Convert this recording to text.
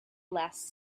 last